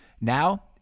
Now